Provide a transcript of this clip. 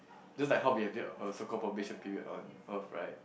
just like how we have a so called probation period on earth right